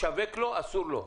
לשווק לו אסור לו.